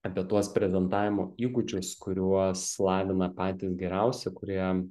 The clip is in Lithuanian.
apie tuos prezentavimo įgūdžius kuriuos lavina patys geriausi kurie